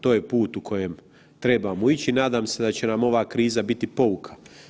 To je put u kojem trebamo ići i nadam se da će nam ova kriza biti pouka.